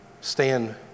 stand